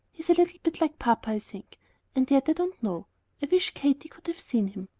he's a little bit like papa, i think and yet i don't know. i wish katy could have seen him.